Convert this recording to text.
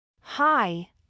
Hi